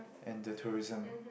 and the tourism